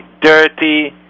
dirty